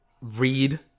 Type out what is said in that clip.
read